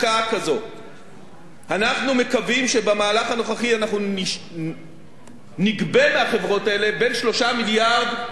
אנחנו מקווים שבמהלך הנוכחי אנחנו נגבה מהחברות האלה בין 3 מיליארד,